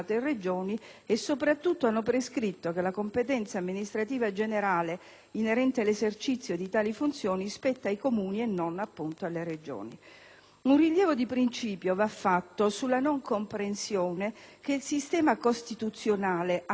e soprattutto hanno prescritto che la competenza amministrativa generale inerente l'esercizio di tali funzioni spetta ai Comuni e non alle Regioni. Un rilievo di principio va fatto sulla non comprensione che il sistema costituzionale attuale